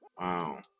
Wow